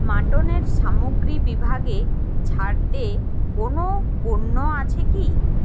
মাটনের সামগ্রী বিভাগে ছাড়তে কোনও পণ্য আছে কি